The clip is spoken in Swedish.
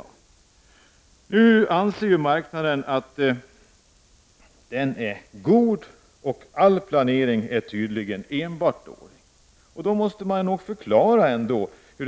Om nu marknaden är god och all planering tydligen enbart dålig, hur